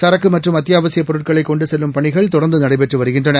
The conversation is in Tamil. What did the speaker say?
சரக்கு மற்றும் அத்தியாவசியப் பொருட்களைக் கொண்டு செல்லும் பணிகள் தொடர்ந்து நடைபெற்று வருகின்றன